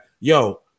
Yo